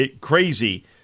crazy